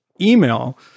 email